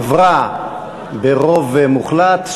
עברה ברוב מוחלט,